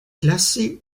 classée